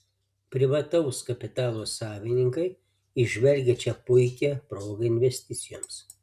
privataus kapitalo savininkai įžvelgia čia puikią progą investicijoms